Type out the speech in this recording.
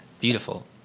Beautiful